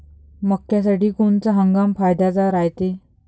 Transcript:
मक्क्यासाठी कोनचा हंगाम फायद्याचा रायते?